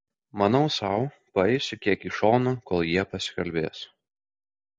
manau sau paeisiu kiek į šoną kol jie pasikalbės